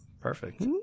Perfect